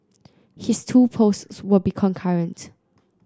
his two posts will be concurrent